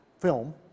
Film